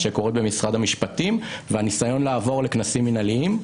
שקורה במשרד המשפטים והניסיון לעבור לכנסים מינהליים.